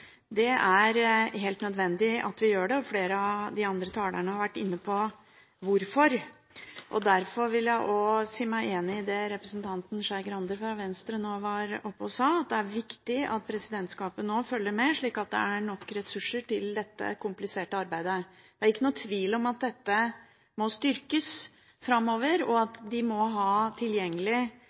Det er helt nødvendig at vi gjør dette, og flere av de andre talerne har vært inne på hvorfor. Jeg vil si meg enig i det som representanten Skei Grande fra Venstre nå var oppe og sa, at det er viktig at presidentskapet nå følger med, slik at det er nok ressurser til dette kompliserte arbeidet. Det er ingen tvil om at dette må styrkes framover, og at de må ha